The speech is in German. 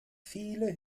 viele